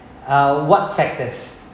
uh what factors